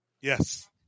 yes